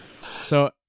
So-